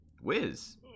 Wiz